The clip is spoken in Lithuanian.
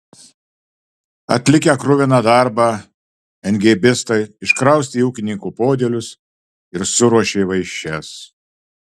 atlikę kruviną darbą emgėbistai iškraustė ūkininko podėlius ir suruošė vaišes